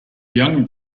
young